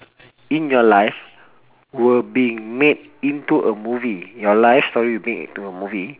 in your life you're being made into a movie your life story will make into a movie